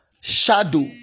Shadow